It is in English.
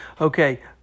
Okay